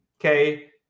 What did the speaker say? Okay